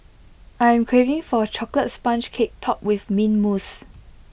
I am craving for A Chocolate Sponge Cake Topped with Mint Mousse